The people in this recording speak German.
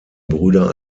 brüder